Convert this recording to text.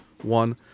one